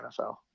nfl